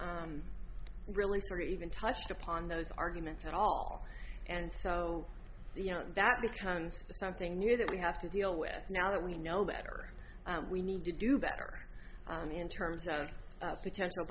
really sort of even touched upon those arguments at all and so you know that becomes something new that we have to deal with now that we know better we need to do better in terms of potential